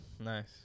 nice